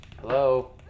hello